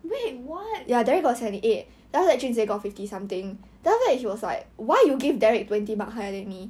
wait what